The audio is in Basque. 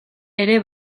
ere